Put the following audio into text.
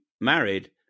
married